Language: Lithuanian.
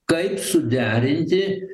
kaip suderinti